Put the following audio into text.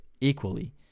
equally